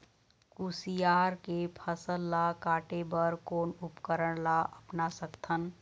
कुसियार के फसल ला काटे बर कोन उपकरण ला अपना सकथन?